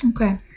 Okay